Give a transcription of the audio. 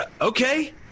okay